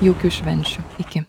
jaukių švenčių iki